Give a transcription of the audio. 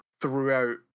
throughout